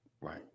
Right